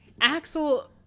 Axel